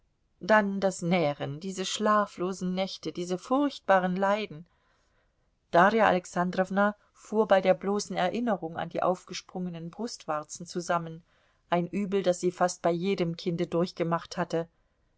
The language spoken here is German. dann das nähren diese schlaflosen nächte diese furchtbaren leiden darja alexandrowna fuhr bei der bloßen erinnerung an die aufgesprungenen brustwarzen zusammen ein übel das sie fast bei jedem kinde durchgemacht hatte